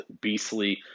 beastly